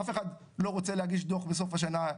אף אחד לא רוצה להגיש דוח בסוף השנה,